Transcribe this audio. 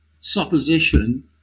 supposition